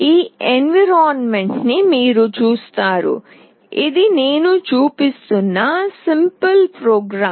ఈ ఎన్విరాన్మెంట్ ని గమనించండి ఇది నేను చూపిస్తున్న సింపుల్ ప్రోగ్రాం